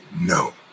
No